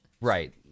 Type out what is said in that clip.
Right